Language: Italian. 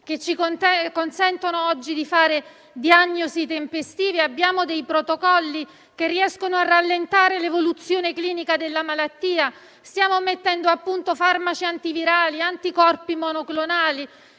che ci consentono oggi di fare diagnosi tempestive; abbiamo dei protocolli che riescono a rallentare l'evoluzione clinica della malattia; stiamo mettendo a punto farmaci antivirali e anticorpi monoclonali